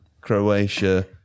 Croatia